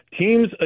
teams